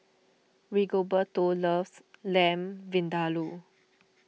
Rigoberto loves Lamb Vindaloo